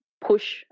push